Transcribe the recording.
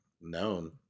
known